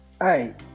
Hey